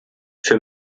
für